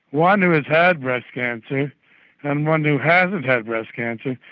one who has had breast cancer and one who hasn't had breast cancer,